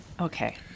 Okay